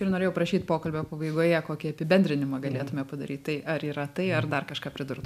ir norėjau prašyt pokalbio pabaigoje kokį apibendrinimą galėtume padaryti tai ar yra tai ar dar kažką pridurt